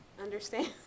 understand